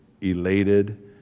elated